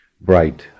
bright